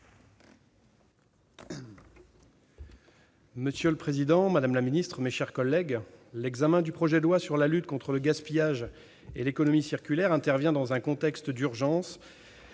Monsieur le président, madame la secrétaire d'État, mes chers collègues, l'examen du projet de loi relatif à la lutte contre le gaspillage et à l'économie circulaire intervient dans un contexte d'urgence